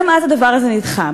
גם אז הדבר הזה נדחה.